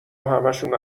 همشون